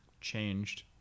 changed